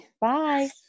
Bye